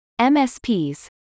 MSPs